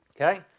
okay